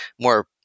more